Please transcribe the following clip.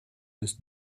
des